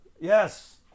Yes